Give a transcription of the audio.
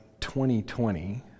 2020